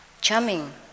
charming